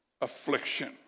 affliction